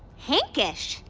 hankish.